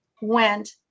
went